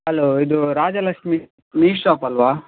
hello ಇದು Rajalakshmi meat shop ಅಲ್ಲವಾ